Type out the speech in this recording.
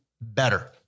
better